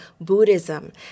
Buddhism